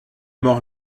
mort